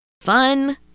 fun